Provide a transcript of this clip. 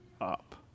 up